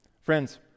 Friends